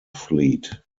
fleet